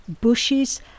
bushes